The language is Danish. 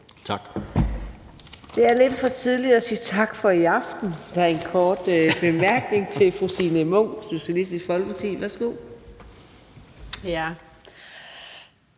Tak.